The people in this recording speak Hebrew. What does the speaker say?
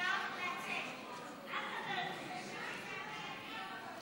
לוועדה את הצעת חוק